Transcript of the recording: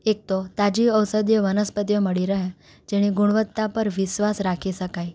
એક તો તાજી ઔષધિય વનસ્પતિઓ મળી રહે જેની ગુણવત્તા પર વિશ્વાસ રાખી શકાય